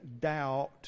doubt